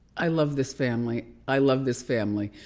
i love this family. i love this family.